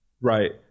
Right